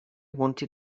wanted